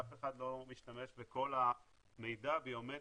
אף אחד לא משתמש בכל -- -המידע הביומטרי